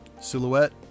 silhouette